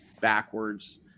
backwards